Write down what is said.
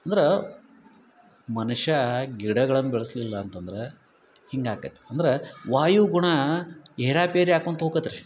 ಅಂದ್ರೆ ಮನುಷ್ಯ ಗಿಡಗಳನ್ನು ಬೆಳೆಸ್ಲಿಲ್ಲ ಅಂತಂದರೆ ಹೀಗಾಕತಿ ಅಂದ್ರೆ ವಾಯುಗುಣ ಏರಾಪೇರಿ ಆಕೊಂತ ಹೋಕತ್ ರೀ